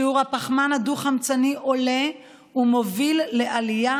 שיעור הפחמן הדו-חמצני עולה ומוביל לעלייה